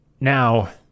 Now